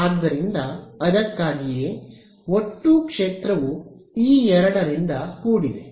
ಆದ್ದರಿಂದ ಅದಕ್ಕಾಗಿಯೇ ಒಟ್ಟು ಕ್ಷೇತ್ರವು ಈ ಎರಡರಿಂದ ಕೂಡಿದೆ